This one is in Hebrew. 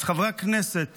אז חברי הכנסת